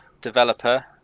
developer